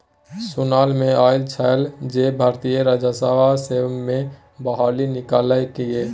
सुनला मे आयल छल जे भारतीय राजस्व सेवा मे बहाली निकललै ये